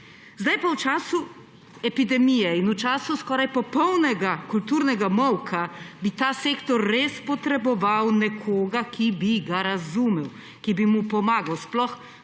Zdaj pa v času epidemije in v času skoraj popolnega kulturnega molka bi ta sektor res potreboval nekoga, ki bi ga razumel, ki bi mu pomagal, sploh